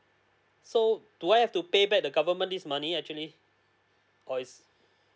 so do I have to pay back the government this money actually or it's